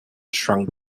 shrunk